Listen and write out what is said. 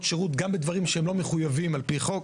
שירות גם בדברים שהם לא מחויבים על פי חוק.